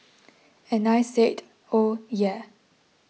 and I said oh yeah